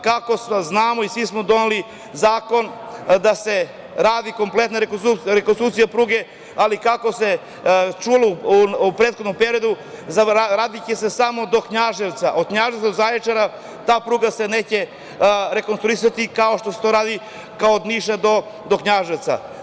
Kako sad znamo, svi smo doneli zakon da se radi kompletna rekonstrukcija pruge, ali kako se čulo u prethodnom periodu, radi se samo do Knjaževca, a o Knjaževca do Zaječara, ta pruga se neće rekonstruisati, kao što se to radi od Niša do Knjaževca.